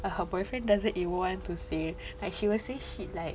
like her boyfriend doesn't even want to say like she will say shit like